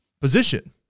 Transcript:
position